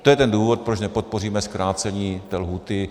To je ten důvod, proč nepodpoříme zkrácení lhůty.